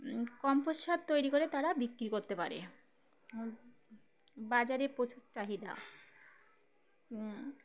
compost সার তৈরি করে তারা বিক্রি করতে পারে বাজারে প্রচুর চাহিদা